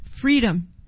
freedom